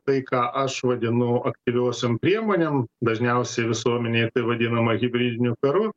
tai ką aš vadinu aktyviosiom priemonėm dažniausiai visuomenėje tai vadinama hibridiniu karu